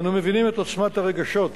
אנו מבינים את עוצמת הרגשות הקשורים,